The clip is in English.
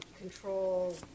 Control